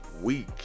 week